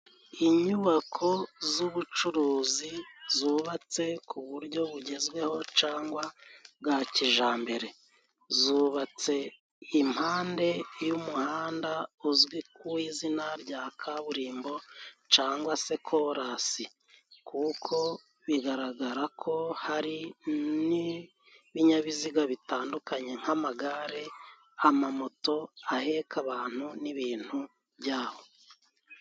Ni inyubako z'ubucuruzi zubatse ku buryo bugezweho cangwa bwa kijambere. Zubatse impande y'umuhanda uzwi ku izina rya kaburimbo cangwa se korasi kuko bigaragara ko hari n'ibinyabiziga bitandukanye nk'amagare, amamoto aheka abantu n'ibintu byabo.